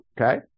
Okay